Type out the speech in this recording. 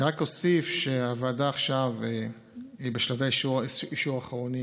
אני רק אוסיף שהוועדה היא עכשיו בשלבי אישור אחרונים